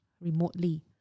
remotely